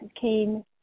came